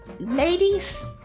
ladies